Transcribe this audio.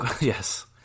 Yes